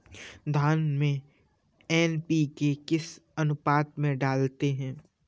धान में एन.पी.के किस अनुपात में डालते हैं?